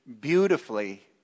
beautifully